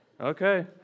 Okay